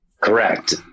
Correct